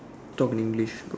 talk English